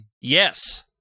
Yes